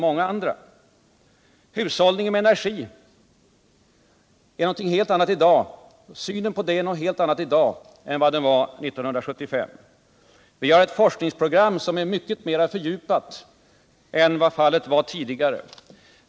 Synen på hushållningen med energi är i dag en helt annan än den var 1975. Vi har ett forskningsprogram som är mycket mer fördjupat än vad fallet var tidigare.